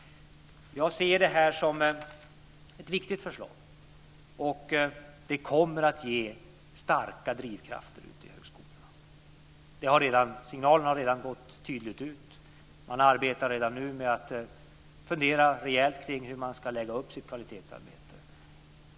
Jag ser detta som ett viktigt förslag. Och det kommer att ge starka drivkrafter ute i högskolorna. Signalen har redan tydligt gått ut. Man arbetar redan nu med att fundera rejält kring hur man ska lägga upp sitt kvalitetsarbete.